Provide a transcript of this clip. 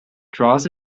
draws